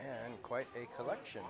and quite a collection